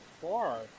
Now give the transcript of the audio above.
far